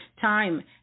time